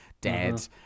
dead